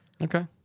Okay